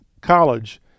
college